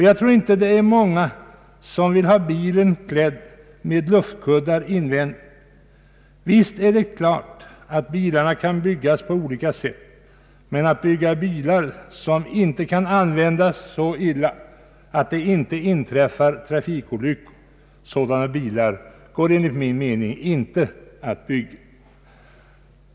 Jag tror inte att det är många som vill ha bilen klädd med luftkuddar invändigt. Visst är det klart att bilarna kan byggas på olika sätt, men det går enligt min mening inte att bygga bilar som inte kan användas på ett sådant sätt att det inträffar olyckor.